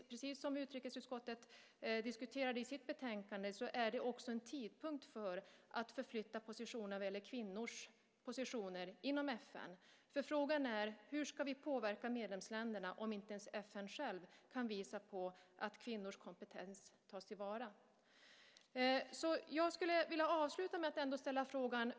Precis som utrikesutskottet diskuterade i sitt betänkande är det också en tidpunkt för att förflytta positionerna vad gäller kvinnors positioner inom FN. Frågan är hur vi ska påverka medlemsländerna om inte FN självt kan visa på att kvinnors kompetens tas till vara.